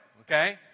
okay